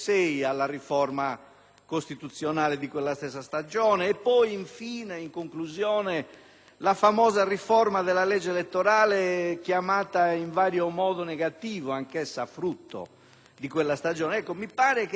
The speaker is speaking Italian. costituzionale di quella stessa stagione e poi, in conclusione, alla famosa riforma della legge elettorale chiamata in vario modo negativo, anch'essa frutto di quella stagione. Mi pare che ci sia una differenza